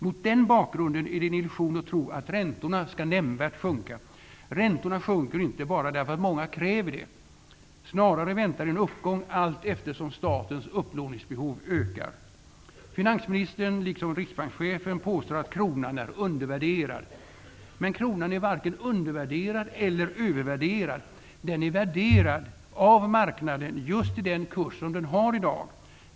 Mot den bakgrunden är det en illusion att tro att räntorna skall nämnvärt sjunka. Räntorna sjunker inte bara därför att många kräver det. Snarare väntar en uppgång allteftersom statens upplåningsbehov ökar. Finansministern, liksom riksbankschefen, påstår att kronan är undervärderad. Men kronan är varken undervärderad eller övervärderad. Den ärvärderad av marknaden -- just till den kurs som den har i dag.